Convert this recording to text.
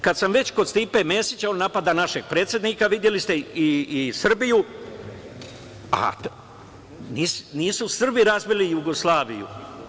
Kad sam već kod Stipe Mesića, on napada našeg predsednika, videli ste, i Srbiju, a nisu Srbi razbili Jugoslaviju.